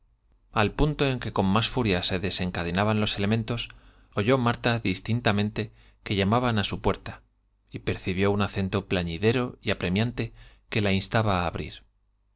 al punto en con más furia se que llamaban los elementos oyó marta distintamente que á percibió un acento plañidero y apre su puerta y sin duda que la pru miante que la instaba á abrir